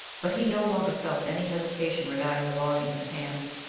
but he no longer felt any hesitation regarding the volume in his hands,